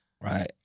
Right